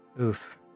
Oof